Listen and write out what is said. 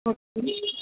okay